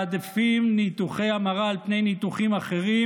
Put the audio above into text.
ניתוחי המרה על פני ניתוחים אחרים,